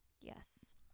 yes